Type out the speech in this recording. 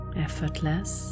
effortless